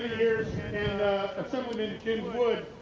years and assemblyman james wood